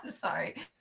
Sorry